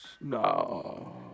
No